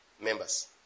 members